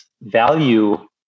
value